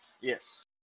Yes